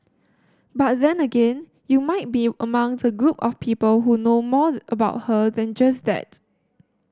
but then again you might be among the group of people who know more about her than just that